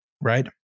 right